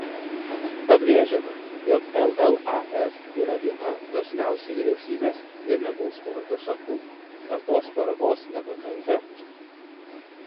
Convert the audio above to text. pabrėžiama jog llaf yra viena dosniausiai vyriausybės remiamų sporto šakų ar tos paramos nepakanka